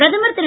பிரதமர் திரு